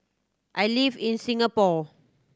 I live in Singapore